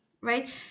right